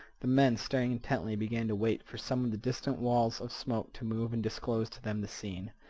the men, staring intently, began to wait for some of the distant walls of smoke to move and disclose to them the scene.